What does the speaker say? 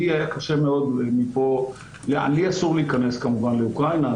לי אסור להיכנס כמובן לאוקראינה.